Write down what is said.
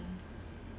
your freaking